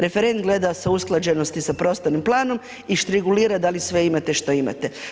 Referent gleda sa usklađenosti sa prostornim planom i štrigulira da li sve imate što imate.